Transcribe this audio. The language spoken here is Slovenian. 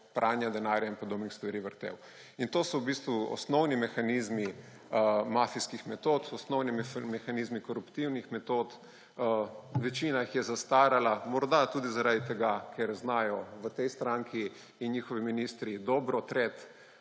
pranja denarja in podobnih stvari vrtel. To so v bistvu osnovni mehanizmi mafijskih metod, osnovni mehanizmi koruptivnim metod. Večina jih je zastarala, morda tudi zaradi tega, ker znajo v tej stranki in njihovi ministri dobro treti